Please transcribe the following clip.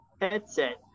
headset